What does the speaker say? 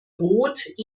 roth